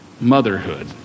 motherhood